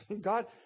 God